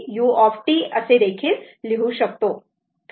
5t u असे देखील लिहू शकतो